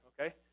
okay